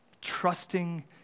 Trusting